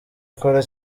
akora